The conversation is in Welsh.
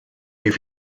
wyf